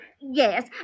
Yes